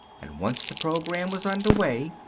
and once the program was underway,